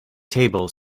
table